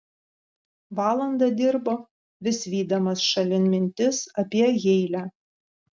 valandą dirbo vis vydamas šalin mintis apie heile